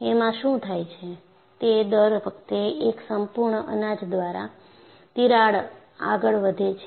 એમાં શું થાય છે તે દર વખતે એક સંપૂર્ણ અનાજ દ્વારા તિરાડ આગળ વધે છે